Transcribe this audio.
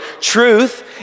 truth